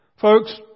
Folks